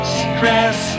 stress